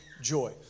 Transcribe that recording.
joy